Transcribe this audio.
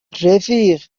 رفیق